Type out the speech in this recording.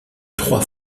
trois